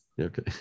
Okay